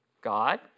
God